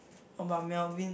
oh but Melvin